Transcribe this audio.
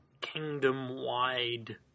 kingdom-wide